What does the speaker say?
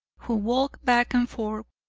who walk back and forth,